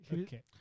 Okay